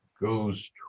goes